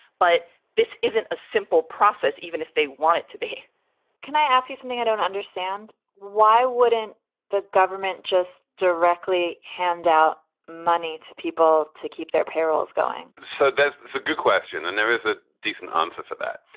but this isn't a simple process, even if they want it to be can i ask you something i don't understand? why wouldn't the government just directly hand out money to people to keep their payrolls going? so that's a good question and there is a decent answer for that.